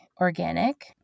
organic